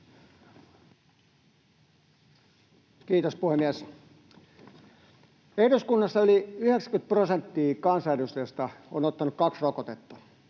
Kiitos, puhemies! Eduskunnassa yli 90 prosenttia kansanedustajista on ottanut kaksi rokotetta.